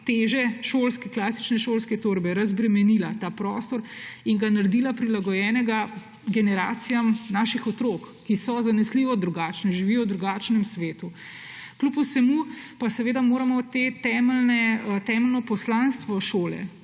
teže klasične šolske torbe razbremenila ta prostor in ga naredila prilagojenega generacijam naših otrok, ki so zanesljivo drugačne, živijo v drugačnem svetu. Kljub vsemu pa seveda moramo temeljno poslanstvo šole,